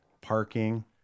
parking